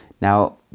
Now